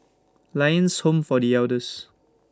Lions Home For The Elders